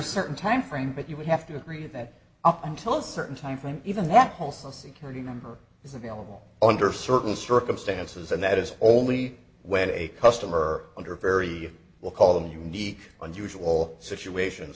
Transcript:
certain time frame but you would have to agree that up until a certain timeframe even that whole security number is a under certain circumstances and that is only when a customer under very we'll call them unique unusual situations